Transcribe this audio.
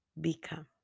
become